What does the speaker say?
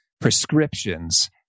prescriptions